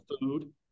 food